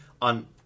on